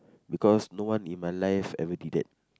because no one in my life ever did that